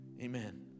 Amen